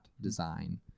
design